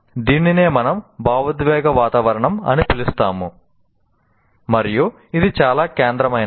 దీనినే మనం భావోద్వేగ వాతావరణం అని పిలుస్తాము మరియు ఇది చాలా కేంద్రమైనది